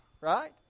right